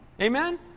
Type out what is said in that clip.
Amen